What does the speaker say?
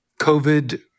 COVID